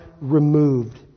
removed